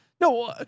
No